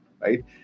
right